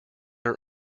are